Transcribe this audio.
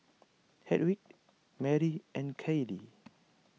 Hedwig Marry and Kailee